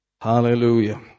Hallelujah